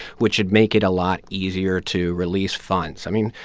which would make it a lot easier to release funds. i mean,